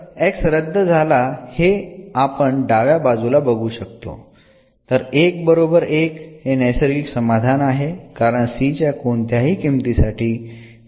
तर x रद्द झाला हे आपण डाव्या बाजूला बघू शकतो तर 1बरोबर 1 हे नैसर्गिक समाधान आहे कारण c च्या कोणत्याही किमती साठी डिफरन्शियल समीकरणाचे समाधान होते